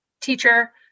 teacher